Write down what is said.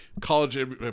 college